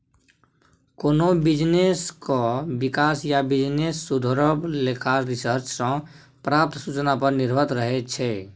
कोनो बिजनेसक बिकास या बिजनेस सुधरब लेखा रिसर्च सँ प्राप्त सुचना पर निर्भर रहैत छै